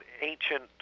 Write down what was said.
ancient